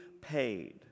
paid